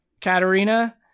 Katerina